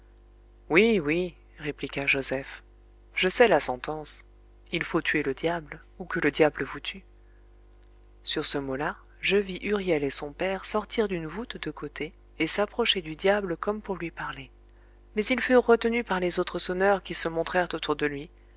oui oui répliqua joseph je sais la sentence il faut tuer le diable ou que le diable vous tue sur ce mot-là je vis huriel et son père sortir d'une voûte de côté et s'approcher du diable comme pour lui parler mais ils furent retenus par les autres sonneurs qui se montrèrent autour de lui